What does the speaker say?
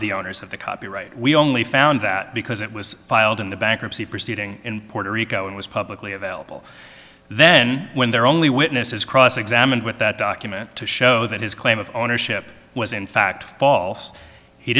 the owners of the copyright we only found that because it was filed in the bankruptcy proceeding in puerto rico and was publicly available then when their only witnesses cross examined with that document to show that his claim of ownership was in fact false he